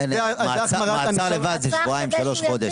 מעצר לבד זה שבועיים-שלושה-חודש.